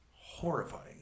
horrifying